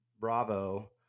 Bravo